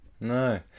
No